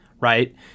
right